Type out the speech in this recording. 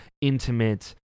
intimate